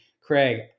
Craig